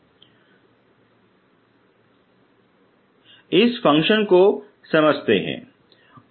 इस समारोह को समझ में आता है